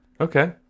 okay